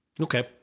Okay